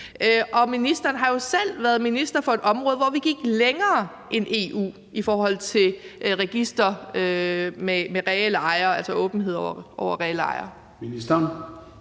Ministeren har selv været minister for et område, hvor vi gik længere end EU i forhold til registre over reelle ejere,